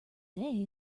today